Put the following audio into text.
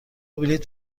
بلیط